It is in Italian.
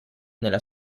nella